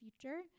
future